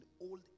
old